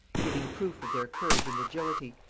giving proof of their courage and agility,